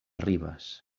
ribes